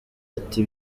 ati